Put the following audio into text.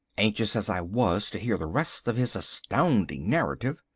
anxious as i was to hear the rest of his astounding narrative,